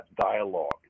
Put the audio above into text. dialogue